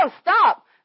stop